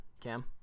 Cam